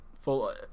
full